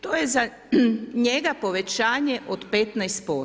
To je za njega povećanje od 15%